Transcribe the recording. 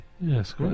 yes